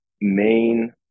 main